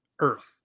Earth